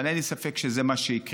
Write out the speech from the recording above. אבל אין לי ספק שזה מה שיקרה.